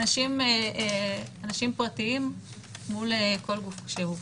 אנחנו מייצגים אנשים פרטיים מול כל גוף שהוא.